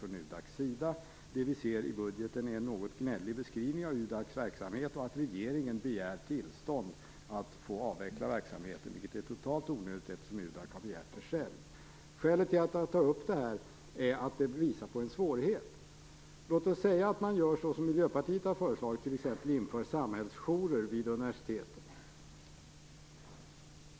I budgeten ser vi då en något gnällig beskrivning av UDAC:s verksamhet, och regeringen begär tillstånd att få avveckla verksamheten. Detta är totalt onödigt, eftersom UDAC själv har begärt det. Skälet till att jag tar upp detta är att det visar på en svårighet. Låt oss säga att man gör så som Miljöpartiet har föreslagit och inför t.ex. samhällsjourer vid universiteten.